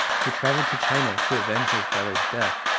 he travelled to china to avenge his brother's death,